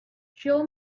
show